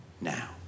Now